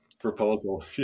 proposal